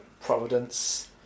Providence